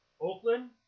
Oakland